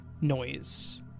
noise